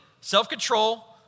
self-control